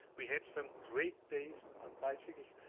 we had some great days on bicycles.